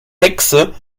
hexe